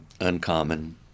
uncommon